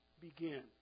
begin